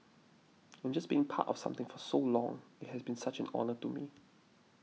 and just being part of something for so long it has been such an honour to me